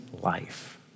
life